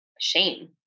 shame